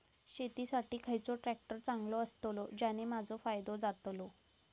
शेती साठी खयचो ट्रॅक्टर चांगलो अस्तलो ज्याने माजो फायदो जातलो?